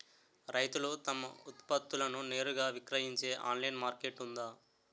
రైతులు తమ ఉత్పత్తులను నేరుగా విక్రయించే ఆన్లైన్ మార్కెట్ ఉందా?